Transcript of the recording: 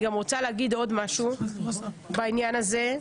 אני רוצה לומר דבר נוסף בעניין הזה.